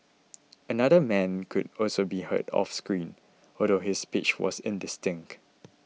another man could also be heard off screen although his speech was indistinct